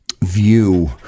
view